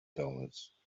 dollars